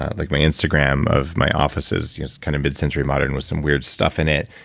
ah like my instagram of my offices just kind of mid-century modern with some weird stuff in it.